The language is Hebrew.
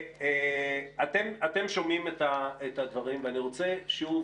אתם שומעים את הדברים ואני רוצה שוב